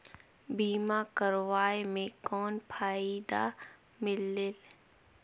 बीमा करवाय के कौन फाइदा मिलेल?